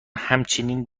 همچنین